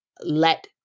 let